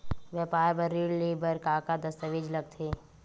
व्यापार बर ऋण ले बर का का दस्तावेज लगथे?